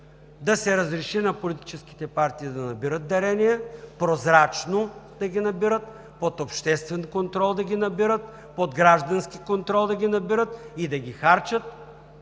да се разреши на политическите партии да набират дарения, прозрачно да ги набират, под обществен контрол да ги набират, под граждански контрол да ги набират и да харчат,